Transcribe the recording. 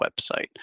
website